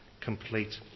complete